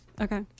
Okay